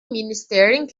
ministerin